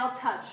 touch